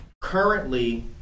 currently